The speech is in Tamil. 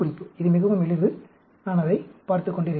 இது மிகவும் எளிது நான் அதைப் பார்த்துக் கொண்டிருக்கிறேன்